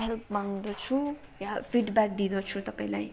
help माग्दछु या feedback दिँदछु तपाईँलाई